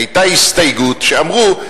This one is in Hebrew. היתה הסתייגות שאמרו,